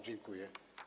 Dziękuję.